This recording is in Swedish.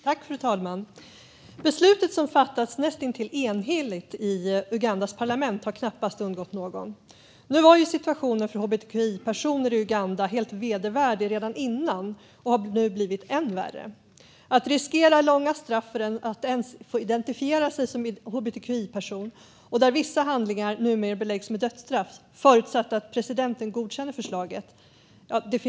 Fru talman! Det beslut som fattats näst intill enhälligt i Ugandas parlament har knappast undgått någon. Situationen för hbtqi-personer i Uganda var helt vedervärdig redan innan och har nu blivit än värre. Det finns knappast ord för att man riskerar långa straff för att ens få identifiera sig som hbtqi-person och att vissa handlingar numera beläggs med dödsstraff, förutsatt att presidenten godkänner förslaget.